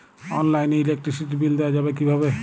অনলাইনে ইলেকট্রিসিটির বিল দেওয়া যাবে কিভাবে?